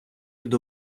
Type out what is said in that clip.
від